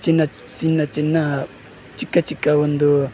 ಚಿನ್ನ ಚಿನ್ನ ಚಿನ್ನ ಚಿಕ್ಕ ಚಿಕ್ಕ ಒಂದು